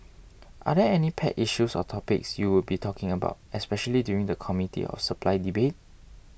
are there any pet issues or topics you would be talking about especially during the Committee of Supply debate